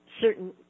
Certain